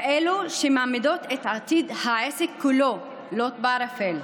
כאלו שמעמידות את עתיד העסק כולו לוט בערפל.